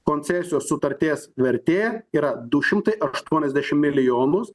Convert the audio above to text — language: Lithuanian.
koncesijos sutarties vertė du yra šimtai aštuoniasdešimt milijonus